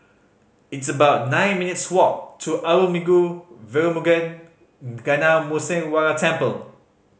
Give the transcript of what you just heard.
it's about nine minutes' walk to Arulmigu Velmurugan Gnanamuneeswarar Temple